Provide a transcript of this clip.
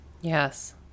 Yes